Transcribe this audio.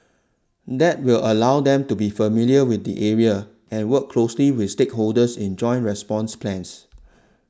that will allow them to be familiar with the areas and work closely with stakeholders in joint response plans